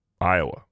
Iowa